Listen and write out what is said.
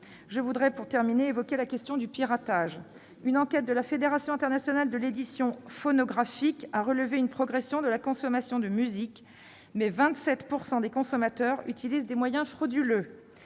Je veux, pour terminer, évoquer la question du piratage. Si une enquête de la Fédération internationale de l'industrie phonographique a relevé une progression de la consommation de musique, 27 % des consommateurs utilisent des moyens frauduleux.